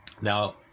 Now